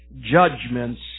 judgments